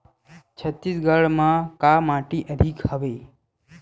छत्तीसगढ़ म का माटी अधिक हवे?